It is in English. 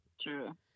True